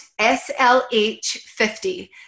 SLH50